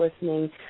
listening